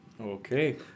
Okay